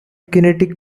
kinetic